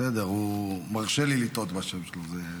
זה בסדר, הוא מרשה לי לטעות בשם שלו.